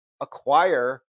acquire